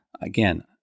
Again